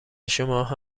شماها